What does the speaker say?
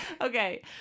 Okay